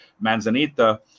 Manzanita